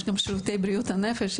יש גם שירותי בריאות הנפש,